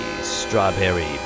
Strawberry